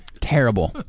Terrible